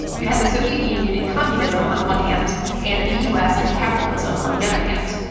you had the soviet union and communism on one hand and the us and capitalism on the other hand.